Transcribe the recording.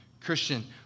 Christian